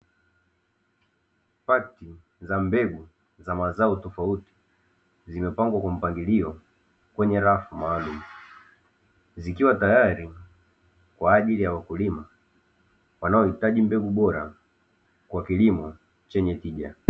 Pakiti za mbegu za mazao tofauti zimepangwa kwa mpangilio kwenye rafu maalumu, zikiwa tayari kwa ajili ya wakulima wanaohitaji mbegu bora kwa kilimo chenye tija.